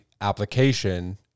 application